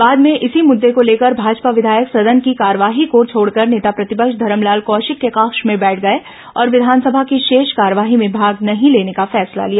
बाद में इसी मुद्दे को लेकर भाजपा विधायक सदन की कार्यवाही को छोड़कर नेता प्रतिपक्ष धरमलाल कौशिक के कक्ष में बैठ गए और विधानसभा की शेष कार्यवाही में भाग नहीं लेने का फैसला लिया